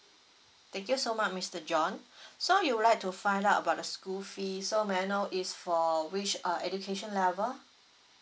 thank you so much mister john so you would like to find out about the school fee so may I know is for which uh education level